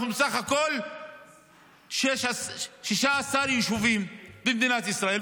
אנחנו בסך הכול 16 יישובים במדינת ישראל,